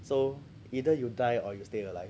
so either you die or you stay alive